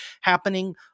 happening